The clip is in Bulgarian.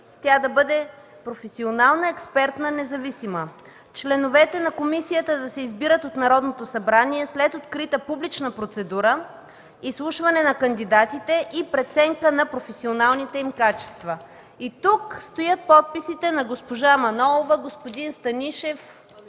тя да бъде професионална, експертна, независима. Членовете на комисията да се избират от Народното събрание след открита публична процедура, изслушване на кандидатите и преценка на професионалните им качества.” Тук стоят подписите на госпожа Манолова, господин Станишев